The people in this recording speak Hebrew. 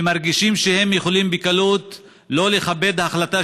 שמרגישים שהם יכולים בקלות לא לכבד החלטה